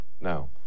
Now